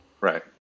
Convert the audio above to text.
right